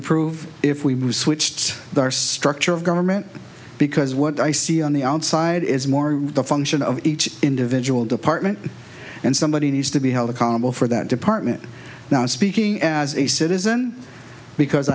improve it if we move switched our structure of government because what i see on the outside is more the function of each individual department and somebody needs to be held accountable for that department now speaking as a citizen because